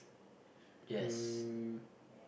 um